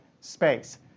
space